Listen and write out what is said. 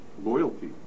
loyalty